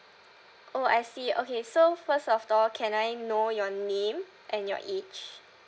oh I see okay so first of all can I know your name and your age